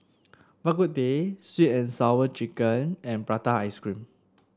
Bak Kut Teh sweet and Sour Chicken and Prata Ice Cream